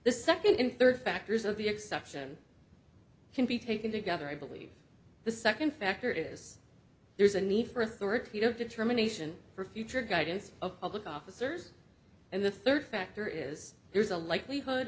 the second and third factors of the exception can be taken together i believe the second factor is there is a need for authoritative determination for future guidance of public officers and the third factor is there's a likelihood